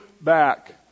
back